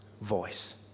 voice